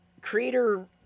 creator